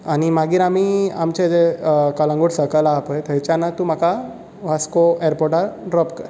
आनी मागीर आमी आमचे जे कळंगूट सर्कल हा पळय थंयच्यानच तूं म्हाका वास्को एयरपोर्टार ड्रॉप कर